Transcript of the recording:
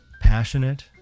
passionate